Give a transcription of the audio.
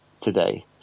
today